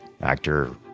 Actor